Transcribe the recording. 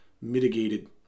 mitigated